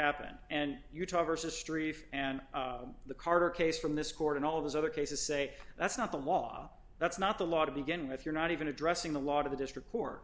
happened and you talk to street and the carter case from this court and all of these other cases say that's not the law that's not the law to begin with you're not even addressing the lot of the district court